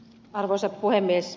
arvoisa puhemies